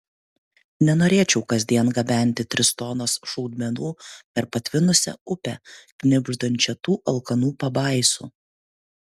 nenorėčiau kasdien gabenti tris tonas šaudmenų per patvinusią upę knibždančią tų alkanų pabaisų